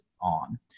on